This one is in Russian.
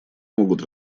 могут